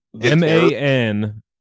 M-A-N